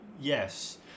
Yes